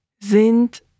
sind